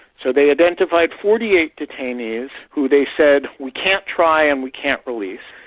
so they identified forty eight detainees who they said we can't try and we can't release,